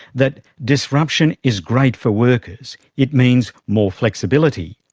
that disruption is great for workers, it means more flexibility,